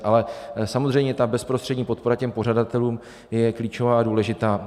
Ale samozřejmě ta bezprostřední podpora pořadatelům je klíčová a důležitá.